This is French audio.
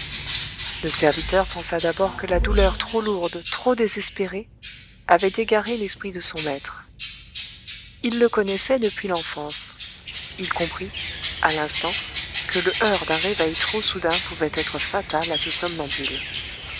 le serviteur pensa d'abord que la douleur trop lourde trop désespérée avait égaré l'esprit de son maître il le connaissait depuis l'enfance il comprit à l'instant que le heurt d'un réveil trop soudain pouvait être fatal à ce somnambule